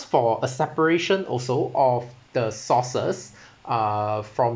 for a separation also of the sauces uh from